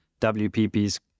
WPP's